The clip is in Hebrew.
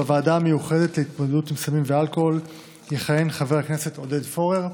בוועדה המיוחדת להתמודדות עם סמים ואלכוהול יכהן חבר הכנסת עודד פורר,